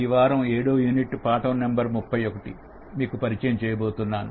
ఈ వారం ఏడో యూనిట్ పాఠం నెంబర్ 31 మీకు పరిచయం చేయబోతున్నాం